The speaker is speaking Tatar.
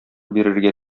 бирергә